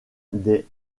des